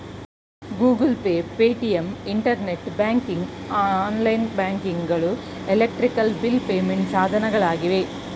Google Pay, Paytm, internet banking, online banking ಗಳು electric bill payment ಸಾಧನಗಳಾಗಿವೆ